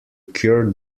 cure